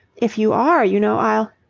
if you are, you know, i'll.